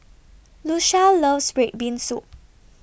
Lucia loves Red Bean Soup